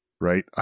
Right